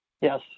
Yes